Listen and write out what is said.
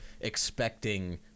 expecting